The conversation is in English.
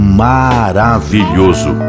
maravilhoso